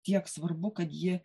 tiek svarbu kad ji